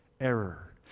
error